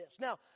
Now